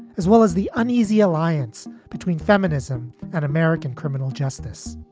as well as the uneasy alliance between feminism and american criminal justice